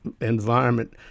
environment